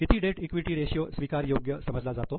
किती debt equity ratio स्वीकार योग्य समजल्या जातो